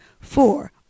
four